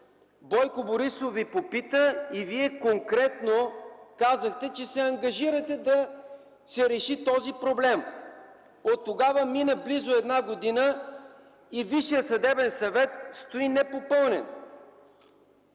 Бойко Борисов Ви попита и Вие конкретно казахте, че се ангажирате да се реши този проблем. Оттогава мина близо една година и Висшият съдебен съвет стои непопълнен.